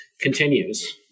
continues